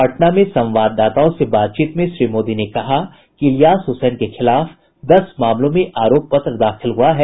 पटना में संवाददाताओं से बातचीत में श्री मोदी ने कहा कि इलियास हुसैन के खिलाफ दस मामलों में आरोप पत्र दाखिल हुआ है